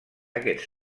aquests